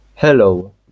Hello